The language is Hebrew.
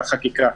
החקיקה,